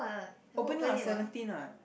opening on seventeen what